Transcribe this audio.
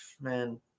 man